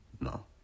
no